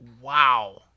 Wow